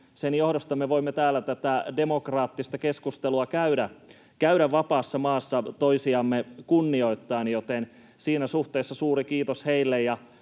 sen johdosta me voimme täällä tätä demokraattista keskustelua käydä vapaassa maassa toisiamme kunnioittaen. Joten siinä suhteessa suuri kiitos heille.